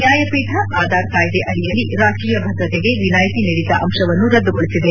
ನ್ಯಾಯಪೀಠ ಆಧಾರ್ ಕಾಯಿದೆ ಅಡಿಯಲ್ಲಿ ರಾಷ್ಟೀಯ ಭದ್ರತೆಗೆ ವಿನಾಯ್ತಿ ನೀಡಿದ್ದ ಅಂಶವನ್ನು ರದ್ದುಗೊಳಿಸಿದೆ